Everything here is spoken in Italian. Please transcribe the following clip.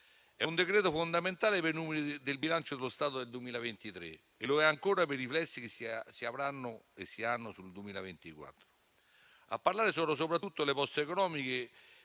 È un decreto fondamentale per i numeri del bilancio dello Stato del 2023 e lo è ancora per i riflessi che si hanno e si avranno sul 2024. A parlare sono soprattutto le poste economiche,